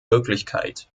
wirklichkeit